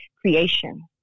creation